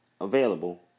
available